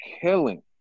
killing